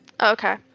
Okay